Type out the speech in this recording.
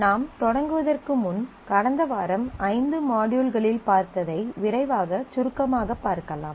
நாம் தொடங்குவதற்கு முன் கடந்த வாரம் ஐந்து மாட்யூல்களில் பார்த்ததை விரைவாக சுருக்கமாகப் பார்க்கலாம்